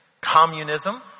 Communism